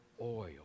oil